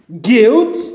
guilt